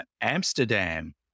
Amsterdam